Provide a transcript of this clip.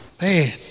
Man